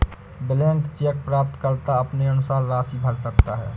blank cheque प्राप्तकर्ता अपने अनुसार राशि भर सकता है